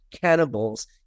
cannibals